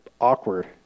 awkward